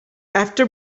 after